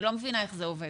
אני לא מבינה איך זה עובד.